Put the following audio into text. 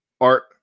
Art